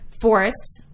Forests